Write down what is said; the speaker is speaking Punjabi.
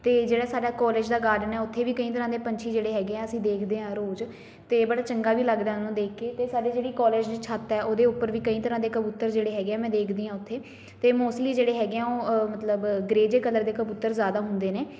ਅਤੇ ਜਿਹੜਾ ਸਾਡਾ ਕੋਲਜ ਦਾ ਗਾਰਡਨ ਆ ਉੱਥੇ ਵੀ ਕਈ ਤਰ੍ਹਾਂ ਦੇ ਪੰਛੀ ਜਿਹੜੇ ਹੈਗੇ ਆ ਅਸੀਂ ਦੇਖਦੇ ਹਾਂ ਰੋਜ਼ ਅਤੇ ਬੜਾ ਚੰਗਾ ਵੀ ਲੱਗਦਾ ਉਹਨੂੰ ਦੇਖ ਕੇ ਅਤੇ ਸਾਡੀ ਜਿਹੜੀ ਕੋਲਜ ਦੀ ਛੱਤ ਹੈ ਉਹਦੇ ਉੱਪਰ ਵੀ ਕਈ ਤਰ੍ਹਾਂ ਦੇ ਕਬੂਤਰ ਜਿਹੜੇ ਹੈਗੇ ਮੈਂ ਦੇਖਦੀ ਹਾਂ ਉੱਥੇ ਅਤੇ ਮੋਸਟਲੀ ਜਿਹੜੇ ਹੈਗੇ ਆ ਉਹ ਅ ਮਤਲਬ ਗ੍ਰੇਅ ਜਿਹੇ ਕਲਰ ਦੇ ਕਬੂਤਰ ਜ਼ਿਆਦਾ ਹੁੰਦੇ ਨੇ